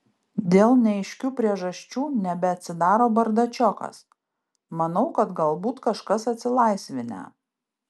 dėl neaiškių priežasčių nebeatsidaro bardačiokas manau kad galbūt kažkas atsilaisvinę